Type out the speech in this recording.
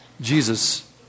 Jesus